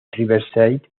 riverside